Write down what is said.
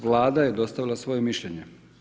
Vlada je dostavila svoje mišljenje.